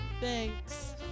Thanks